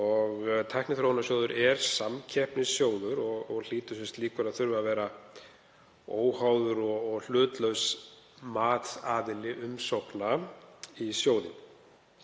Tækniþróunarsjóður er samkeppnissjóður og hlýtur sem slíkur að þurfa að vera óháður og hlutlaus matsaðili umsókna í sjóðinn.